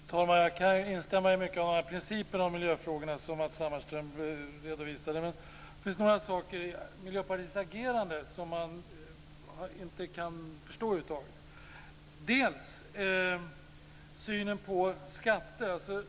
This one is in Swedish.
Fru talman! Jag kan instämma i mycket av principerna om miljöfrågorna som Matz Hammarström redovisade. Men det finns några saker i Miljöpartiets agerande som man inte kan förstå över huvud taget. Det första gäller synen på skatter.